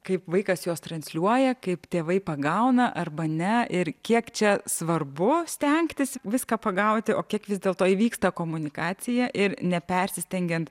kaip vaikas juos transliuoja kaip tėvai pagauna arba ne ir kiek čia svarbu stengtis viską pagauti o kiek vis dėlto įvyksta komunikacija ir nepersistengiant